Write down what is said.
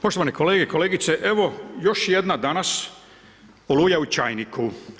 Poštovane kolege i kolegice, evo još jedna danas oluja u čajniku.